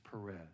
Perez